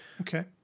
Okay